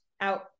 out